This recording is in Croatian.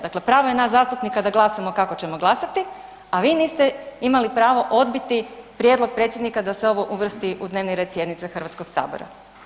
Dakle, pravo je nas zastupnika da glasamo kako ćemo glasati, a vi niste imali pravo odbiti prijedlog Predsjednika da se ovo uvrsti u dnevni red sjednice Hrvatskog sabora.